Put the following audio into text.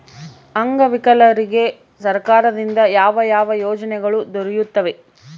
ಅಂಗವಿಕಲರಿಗೆ ಸರ್ಕಾರದಿಂದ ಯಾವ ಯಾವ ಯೋಜನೆಗಳು ದೊರೆಯುತ್ತವೆ?